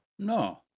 No